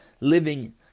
living